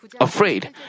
afraid